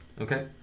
Okay